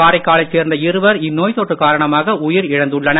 காரைக்காலை சேர்ந்த இருவர் இந்நோய்த் தொற்று காரணமாக உயிரிழந்துள்ளனர்